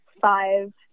five